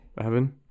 Evan